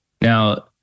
Now